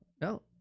No